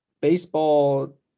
baseball